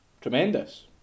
Tremendous